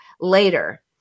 later